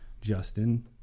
Justin